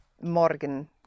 morgen